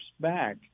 back